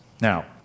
Now